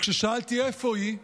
וכששאלתי איפה היא,